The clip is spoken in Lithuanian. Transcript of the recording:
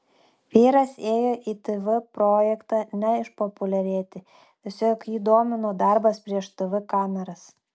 vyras ėjo į tv projektą ne išpopuliarėti tiesiog jį domino darbas prieš tv kameras